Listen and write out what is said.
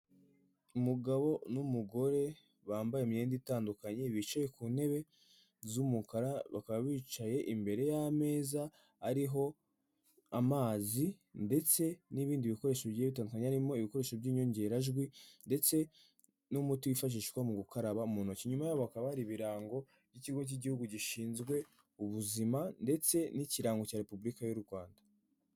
Umugabo n'umugore bambaye imyenda itandukanye bicaye ku ntebe z'umukara, bakaba bicaye imbere y'ameza ariho amazi ndetse n'ibindi bikoresho bigiye bitandukanye harimo ibikoresho by'inyongerajwi ndetse n'umuti wifashishwa mu gukaraba mu ntoki. Inyuma yabo hakaba hari ibirango by'ikigo cy'igihugu gishinzwe ubuzima ndetse n'ikirango cya Repubulika y'u Rwanda.